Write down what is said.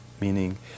meaning